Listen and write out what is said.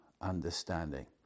understanding